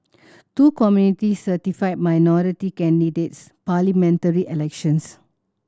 two committee certify minority candidates parliamentary elections